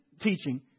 teaching